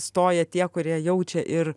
stoja tie kurie jaučia ir